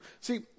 See